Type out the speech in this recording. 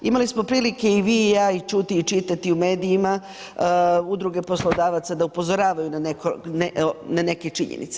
Imali smo prilike i vi i ja i čuti i čitati u medijima udruge poslodavaca da upozoravaju na neke činjenice.